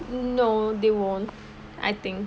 no they won't I think